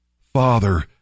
Father